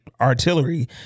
artillery